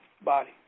body